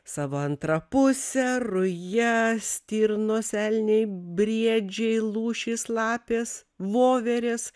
savo antrą pusę ruja stirnos elniai briedžiai lūšys lapės voverės